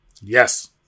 Yes